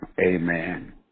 Amen